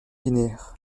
linéaire